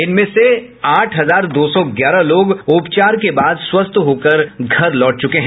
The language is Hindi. इनमें से आठ हजार दो सौ ग्यारह लोग उपचार के बाद स्वस्थ होकर घर लौट चुके हैं